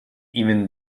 even